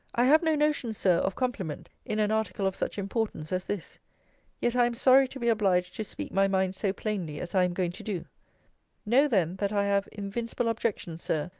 i have no notion, sir, of compliment, in an article of such importance as this yet i am sorry to be obliged to speak my mind so plainly as i am going to do know then, that i have invincible objections, sir,